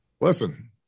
listen